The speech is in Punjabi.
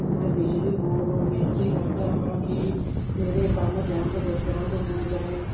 ਮੈਂ ਬਿਜਲੀ ਬੋਰਡ ਨੂੰ ਬੇਨਤੀ ਕਰਦਾ ਹਾਂ ਕਿ ਮੇਰੇ ਕੰਮ ਜਲਦ ਤੋਂ ਜਲਦ ਹੋ ਜਾਏ